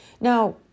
Now